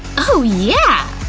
oh yeah!